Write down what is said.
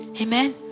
amen